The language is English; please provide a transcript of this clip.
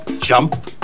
jump